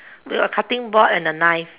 with a cutting board and a knife